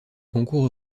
concours